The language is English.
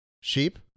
Sheep